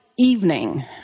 evening